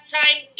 time